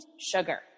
sugar